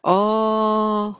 oh